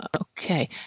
Okay